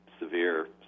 severe